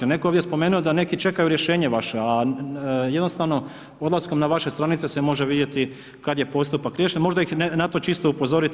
Netko je ovdje spomenuo da neki čekaju rješenja vaše, a jednostavno, odlaskom na vaše stranice se može vidjeti kad je postupak riješen, možda ih na to čisto upozoriti.